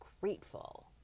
grateful